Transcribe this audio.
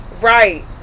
Right